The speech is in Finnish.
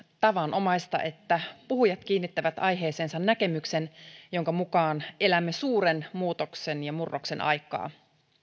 tavanomaista että puhujat kiinnittävät aiheeseensa näkemyksen jonka mukaan elämme suuren muutoksen ja murroksen aikaa